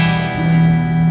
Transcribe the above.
and